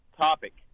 topic